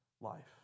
life